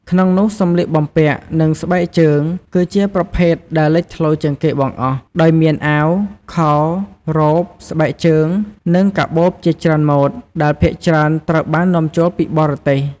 ក្នុងនោះ សម្លៀកបំពាក់ និងស្បែកជើង គឺជាប្រភេទដែលលេចធ្លោជាងគេបង្អស់ ដោយមានអាវ ខោ រ៉ូប ស្បែកជើង និងកាបូបជាច្រើនម៉ូដ ដែលភាគច្រើនត្រូវបាននាំចូលពីបរទេស។